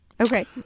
Okay